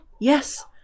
yes